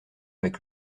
avec